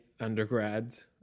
undergrads